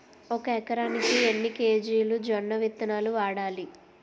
ఒక ఎకరానికి ఎన్ని కేజీలు జొన్నవిత్తనాలు వాడాలి?